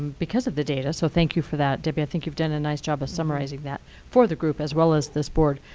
because of the data. so thank you for that. debbie, i think you've done a nice job of summarizing that for the group, as well as this board.